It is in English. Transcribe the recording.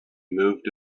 moved